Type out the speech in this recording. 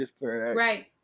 right